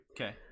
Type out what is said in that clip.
okay